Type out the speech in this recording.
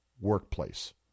workplace